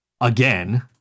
again